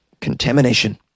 contamination